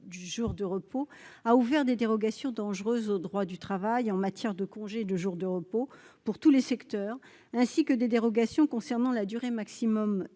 du 25 mars 2020 a ouvert des dérogations dangereuses au droit du travail en matière de congés payés et de jours de repos pour tous les secteurs, ainsi que des dérogations concernant la durée maximale